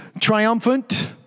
triumphant